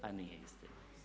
Pa nije istina.